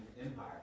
Empire